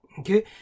Okay